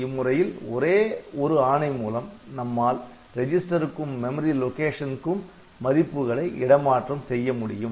இம்முறையில் ஒரே ஒரு ஆணை மூலம் நம்மால் ரெஜிஸ்டருக்கும் மெமரி லொகேஷன்க்கும் மதிப்புகளை இடமாற்றம் செய்ய முடியும்